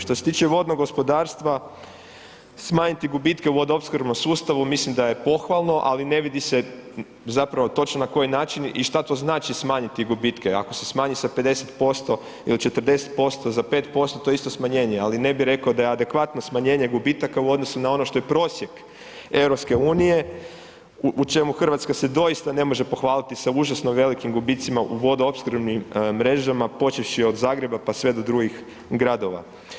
Što se tiče vodnog gospodarstva, smanjiti gubitke u vodoopskrbnom sustavu mislim da je pohvalno, ali ne vidi se zapravo točno na koji način i šta to znači smanjiti gubitke, ako se smanji sa 50% ili 40% za 5%, to je isto smanjenje, ali ne bi reko da je adekvatno smanjenje gubitaka u odnosu na ono što je prosjek EU, u čemu RH se doista ne može pohvaliti sa užasno velikim gubicima u vodoopskrbnim mrežama počevši od Zagreba, pa sve do drugih gradova.